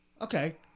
Okay